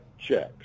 checks